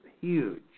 huge